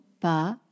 pas